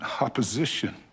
opposition